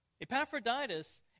Epaphroditus